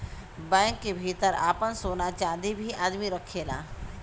bank क भितर आपन सोना चांदी भी आदमी रखेला